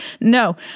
No